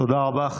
תודה רבה.